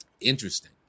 Interesting